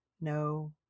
No